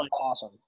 awesome